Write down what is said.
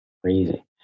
Crazy